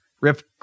Rip